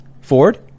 Ford